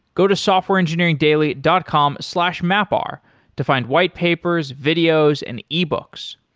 go to softwareengineeringdaily dot com slash mapr to find whitepapers, videos and ebooks.